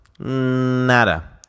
nada